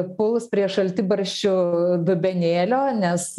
puls prie šaltibarščių dubenėlio nes